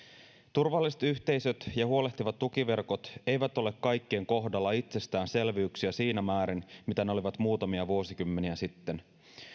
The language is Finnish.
turvalliset yhteisöt ja huolehtivat tukiverkot eivät ole kaikkien kohdalla itsestäänselvyyksiä siinä määrin mitä ne olivat muutamia vuosikymmeniä sitten